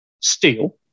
steel